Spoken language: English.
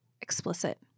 explicit